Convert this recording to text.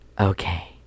Okay